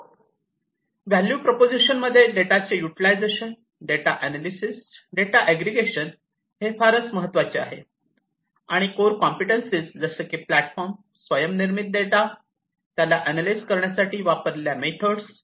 Iव्हॅल्यू proposition मध्ये डेटाचे utilisation डेटाचे अनालिसिस डेटाचे एग्रीगेशन हे फारच महत्त्वाचे आहे आणि कोर कॉम्पिटन्सीस जसे की प्लॅटफॉर्म स्वयम् निर्मित डेटा त्याला अनालाइज करण्यासाठी वापरलेल्या मेथड्स